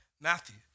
Matthew